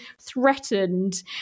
threatened